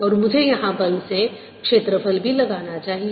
और मुझे यहां बल से क्षेत्रफल भी लगाना चाहिए